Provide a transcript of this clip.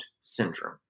syndrome